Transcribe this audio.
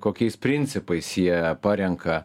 kokiais principais jie parenka